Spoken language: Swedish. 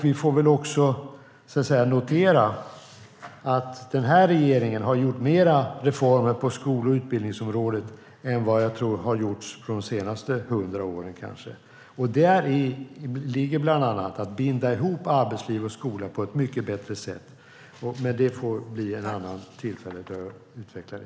Vi får också notera att den här regeringen har gjort mer reformer på skol och utbildningsområdet än vad jag tror har gjorts på de senaste hundra åren. Däri ligger bland annat att binda ihop arbetsliv och skola på ett mycket bättre sätt. Men det får vi utveckla vid ett annat tillfälle.